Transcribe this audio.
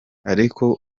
aliko